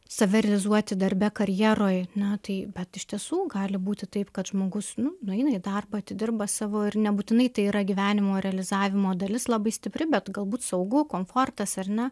save realizuoti darbe karjeroj ar ne tai bet iš tiesų gali būti taip kad žmogus nu nueina į darbą atidirba savo ir nebūtinai tai yra gyvenimo realizavimo dalis labai stipri bet galbūt saugu komfortas ar ne